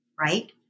Right